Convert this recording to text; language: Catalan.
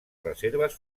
reserves